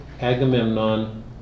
Agamemnon